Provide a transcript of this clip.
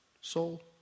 soul